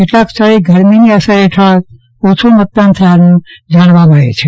કેટલાક સ્થળે ગરમીની અસર હેઠળ ઓછુ મતદાન થયાનું જાણવા મળે છે